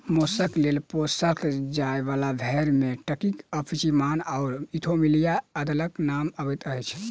मौसक लेल पोसल जाय बाला भेंड़ मे टर्कीक अचिपयाम आ इथोपियाक अदलक नाम अबैत अछि